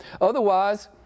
Otherwise